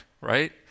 right